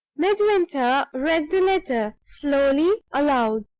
midwinter read the letter, slowly, aloud.